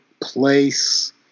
place